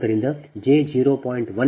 ಆದ್ದರಿಂದ jಜೆ 0